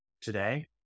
today